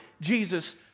Jesus